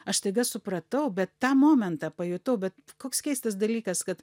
aš staiga supratau bet tą momentą pajutau bet koks keistas dalykas kad